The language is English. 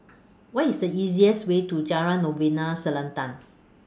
What IS The easiest Way to Jalan Novena Selatan